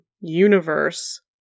universe